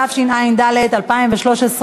התשע"ד 2013,